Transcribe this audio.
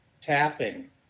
tapping